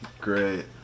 Great